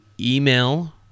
email